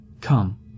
Come